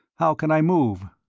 how can i move?